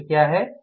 सूत्र क्या है